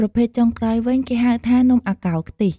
ប្រភេទចុងក្រោយវិញ គេហៅថា នំអាកោរខ្ទិះ។